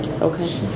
Okay